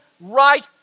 right